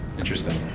interesting.